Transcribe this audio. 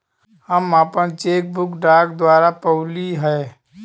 हम आपन cheque book डाक द्वारा पउली है